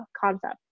concept